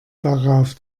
darauf